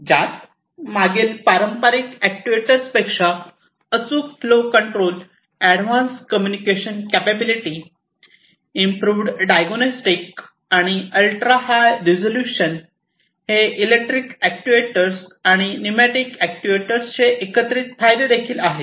ज्यात मागील पारंपारिक अॅक्ट्युएटर्सपेक्षा अचूक flow control advance communication capability improved diagnostic आणि अल्ट्रा हाय रिझोल्यूशन हे इलेक्ट्रिक अॅक्ट्युएटर्स आणि न्यूमॅटिक अॅक्ट्युएटर्स चे एकत्रित फायदे देखील आहेत